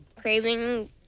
craving